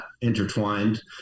intertwined